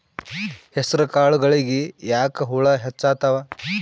ಹೆಸರ ಕಾಳುಗಳಿಗಿ ಯಾಕ ಹುಳ ಹೆಚ್ಚಾತವ?